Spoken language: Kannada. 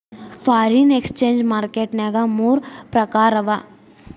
ಫಾರಿನ್ ಎಕ್ಸ್ಚೆಂಜ್ ಮಾರ್ಕೆಟ್ ನ್ಯಾಗ ಮೂರ್ ಪ್ರಕಾರವ